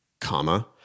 comma